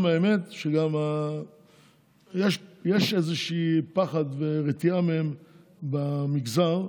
והאמת, יש איזשהם פחד ורתיעה מהם במגזר,